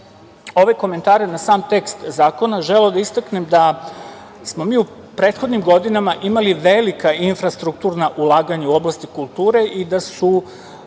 ove komentare na sam tekst zakona, želeo da istaknem, da smo mi u prethodnim godinama imali velika infrastrukturna ulaganja u oblasti kulture i da su